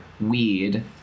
weed